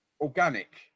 organic